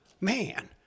Man